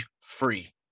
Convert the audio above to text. free